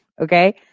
Okay